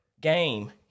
game